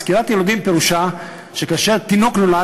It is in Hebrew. סקירת יילודים פירושה שכאשר תינוק נולד,